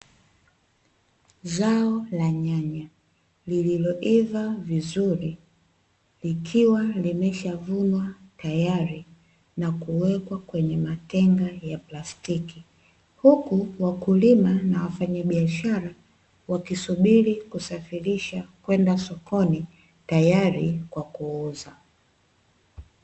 Zao la nyanya lililoiva vizuri likiwa limeshavunwa tayari na kuwekwa kwenye matenga ya plastiki huku wakulima na wafanya biashara wakisubiri kusafirisha kwenda sokoni tayari kwa kuuza.